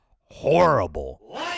horrible